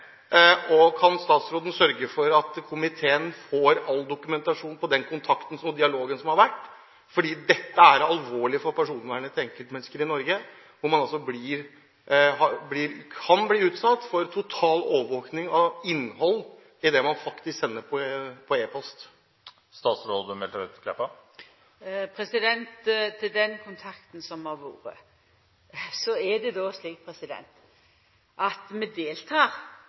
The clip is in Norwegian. og kan statsråden sørge for at komiteen får all dokumentasjon på den kontakten og dialogen som har vært? For det er alvorlig for personvernet til enkeltmennesker i Norge at man kan bli utsatt for total overvåking av innholdet i det man sender på e-post. Til den kontakten som har vore, så er det slik at vi